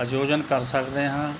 ਆਯੋਜਨ ਕਰ ਸਕਦੇ ਹਾਂ